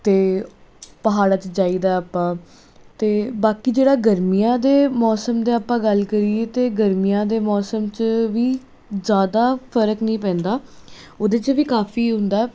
ਅਤੇ ਪਹਾੜਾਂ 'ਚ ਜਾਈਦਾ ਆਪਾਂ ਅਤੇ ਬਾਕੀ ਜਿਹੜਾ ਗਰਮੀਆਂ ਦੇ ਮੌਸਮ ਦੇ ਆਪਾਂ ਗੱਲ ਕਰੀਏ ਤਾਂ ਗਰਮੀਆਂ ਦੇ ਮੌਸਮ 'ਚ ਵੀ ਜ਼ਿਆਦਾ ਫਰਕ ਨਹੀਂ ਪੈਂਦਾ ਉਹਦੇ 'ਚ ਵੀ ਕਾਫੀ ਹੁੰਦਾ